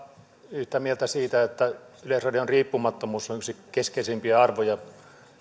yhtä mieltä siitä että yleisradion riippumattomuus on yksi keskeisimpiä arvoja